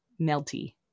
melty